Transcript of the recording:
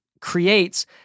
creates